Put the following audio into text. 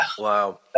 wow